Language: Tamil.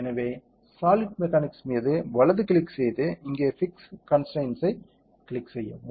எனவே சாலிட் மெக்கானிக்ஸ் மீது வலது கிளிக் செய்து இங்கே பிக்ஸ் கன்ஸ்டரைன்ஸ் ஐ கிளிக் செய்யவும்